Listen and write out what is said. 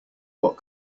what